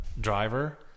Driver